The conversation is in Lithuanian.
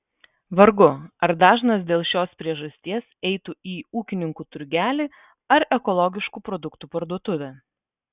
vargu ar dažnas dėl šios priežasties eitų į ūkininkų turgelį ar ekologiškų produktų parduotuvę